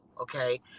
okay